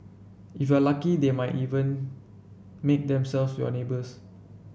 if you are lucky they might even make themselves your neighbours